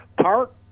park